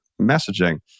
messaging